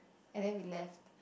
and then we left